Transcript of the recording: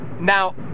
now